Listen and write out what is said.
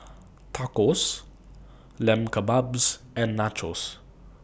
Tacos Lamb Kebabs and Nachos